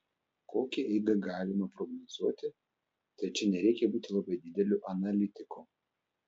kokią eigą galima prognozuoti tai čia nereikia būti labai dideliu analitiku